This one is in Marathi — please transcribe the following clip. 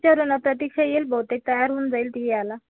विचारू ना प्रतीक्षा येईल बहुतेक तयार होऊन जाईल ती याला